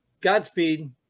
Godspeed